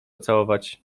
całować